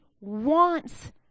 wants